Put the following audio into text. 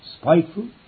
spiteful